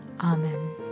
Amen